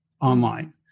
online